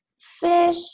Fish